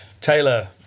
Taylor